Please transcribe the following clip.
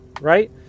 right